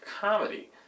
comedy